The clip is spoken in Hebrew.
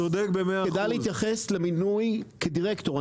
כדאי להתייחס למינוי כדירקטור,